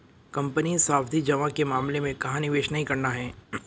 Company सावधि जमा के मामले में कहाँ निवेश नहीं करना है?